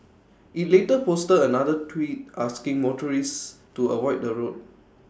IT later posted another tweet asking motorists to avoid the road